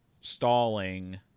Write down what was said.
stalling